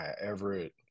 Everett